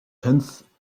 tenth